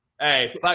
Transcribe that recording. Hey